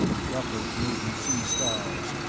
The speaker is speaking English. the effort made him see stars,